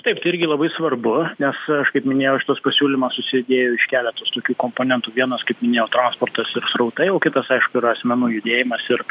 taip tai irgi labai svarbu nes aš kaip minėjau šitas pasiūlymas susidėjo iš keletos tokių komponentų vienas kaip minėjau transportas ir srautai o kitas aišku yra asmenų judėjimas ir